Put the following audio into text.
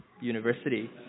university